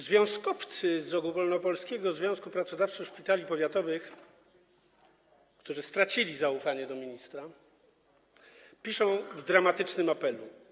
Związkowcy z Ogólnopolskiego Związku Pracodawców Szpitali Powiatowych, którzy stracili zaufanie do ministra, piszą w dramatycznym apelu: